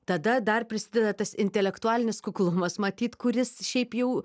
tada dar prisideda tas intelektualinis kuklumas matyt kuris šiaip jau